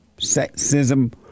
sexism